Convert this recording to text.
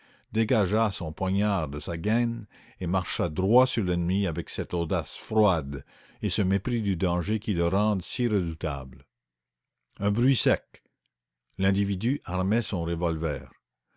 dégagea son poignard de sa gaine et marcha droit sur l'ennemi avec cette audace froide et ce mépris du danger qui le rendent si redoutable u ne lutte terrible dans la nuit un bruit sec l'individu armait son revolver